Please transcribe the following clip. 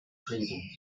frieden